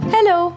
Hello